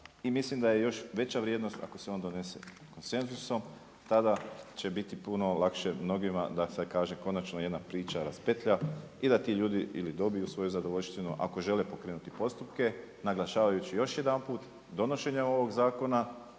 i mislim da je još veća vrijednost ako se on donese konsenzusom tada će biti puno lakše mnogima da se kaže, konačno jedna priča raspetlja i da ti ljudi ili dobiju svoju zadovoljštinu ako žele pokrenuti postupke naglašavajući još jedanput donošenje ovog zakona,